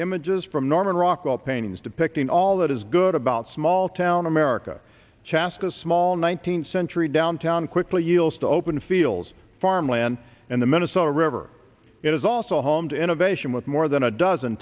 images from norman rockwell paintings depicting all that is good about small town america chaska small nineteenth century downtown quickly yields to open feels farmland and the minnesota river it is also home to innovation with more than a dozen